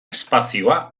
espazioa